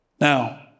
Now